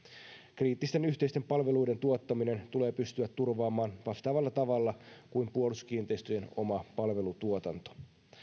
kriittisten yhteisten palveluiden tuottaminen tulee pystyä turvaamaan vastaavalla tavalla kuin puolustuskiinteistöjen oma palvelutuotanto